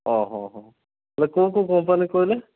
ହଁ ହଁ ହଉ ହେଲେ କେଉଁ କେଉଁ କମ୍ପାନୀ କହିଲେ